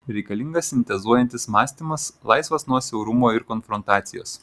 reikalingas sintezuojantis mąstymas laisvas nuo siaurumo ir konfrontacijos